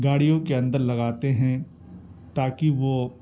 گاڑیوں کے اندر لگاتے ہیں تا کہ وہ